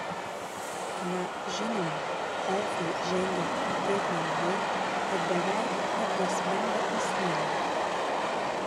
na žinoma elfai žengia taip lengvai kad beveik neprasmenga į sniegą